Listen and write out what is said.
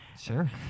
Sure